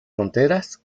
fronteras